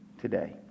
today